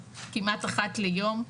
כמעט אחת ליום,